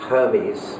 Hermes